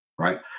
Right